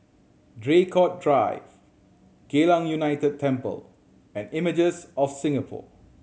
Draycott Drive Geylang United Temple and Images of Singapore